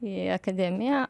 į akademiją